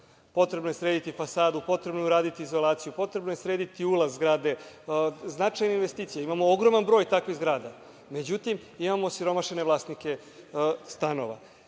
potrebno je srediti fasadu, potrebno je uraditi izolaciju, potrebno je srediti ulaz zgrade, značajne investicije, a imamo ogroman broj takvih zgrada. Međutim, imamo osiromašene vlasnike stanova.